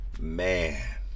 man